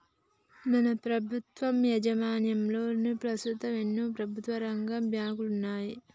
మన ప్రభుత్వం యాజమాన్యంలో పస్తుతం ఎన్నో ప్రభుత్వరంగ బాంకులున్నాయి